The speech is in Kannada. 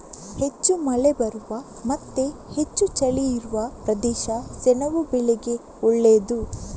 ಹೆಚ್ಚು ಮಳೆ ಬರುವ ಮತ್ತೆ ಹೆಚ್ಚು ಚಳಿ ಇರುವ ಪ್ರದೇಶ ಸೆಣಬು ಬೆಳೆಗೆ ಒಳ್ಳೇದು